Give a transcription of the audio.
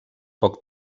poc